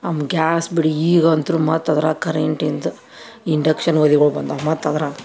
ಅಮ್ gas ಬಿಡಿ ಈಗ ಅಂತೂ ಮತ್ತು ಅದ್ರಾಗ ಕರೆಂಟಿಂದು ಇಂಡಕ್ಷನ್ ಒಲೆಗಳು ಬಂದಾವ ಮತ್ತು ಅದ್ರಾಗ